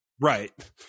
Right